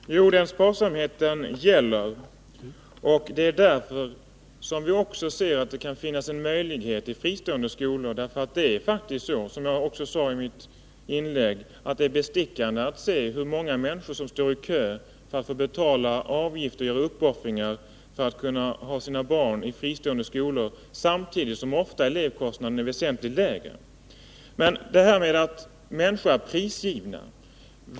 Herr talman! Jo, den sparsamheten gäller. Det är därför som vi också ser fristående skolor som en möjlighet. Som jag sade i mitt inlägg är det faktiskt bestickande hur många människor som står i kö för att få betala avgifter och göra uppoffringar för att kunna ha sina barn i fristående skolor samtidigt som elevkostnaden i dessa ofta är väsentligt lägre än i det reguljära skolväsendet. Så till detta med att människorna är prisgivna.